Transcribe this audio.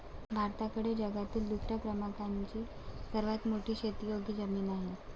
भारताकडे जगातील दुसऱ्या क्रमांकाची सर्वात मोठी शेतीयोग्य जमीन आहे